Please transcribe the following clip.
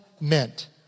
meant